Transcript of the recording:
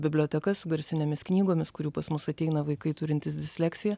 biblioteka su garsinėmis knygomis kurių pas mus ateina vaikai turintys disleksiją